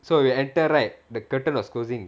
so if we enter right the curtain was closing